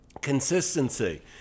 Consistency